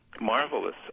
marvelous